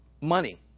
money